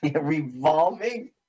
Revolving